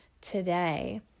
today